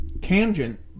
tangent